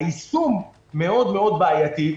היישום מאוד מאוד בעייתי,